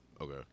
Okay